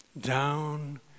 down